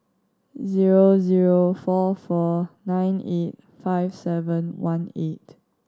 zero zero four four nine eight five seven one eight